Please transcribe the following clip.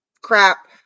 crap